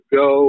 go